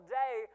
day